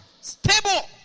Stable